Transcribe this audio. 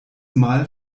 mal